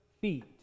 feet